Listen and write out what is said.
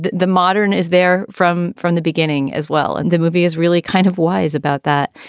the the modern is their from. from the beginning as well. and the movie is really kind of wise about that.